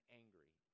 angry